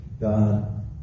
God